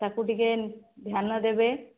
ତାକୁ ଟିକିଏ ଧ୍ୟାନଦେବେ